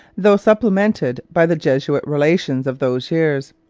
though supplemented by the jesuit relations of those years.